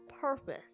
purpose